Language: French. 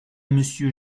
monsieur